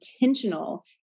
intentional